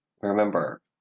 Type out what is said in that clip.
remember